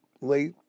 late